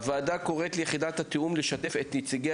הוועדה קוראת ליחידת התיאום לשתף את נציגי